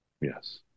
Yes